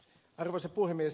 arvoisa puhemies